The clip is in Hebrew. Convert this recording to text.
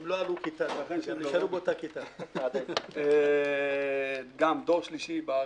אני גם דור שלישי בארץ,